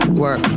work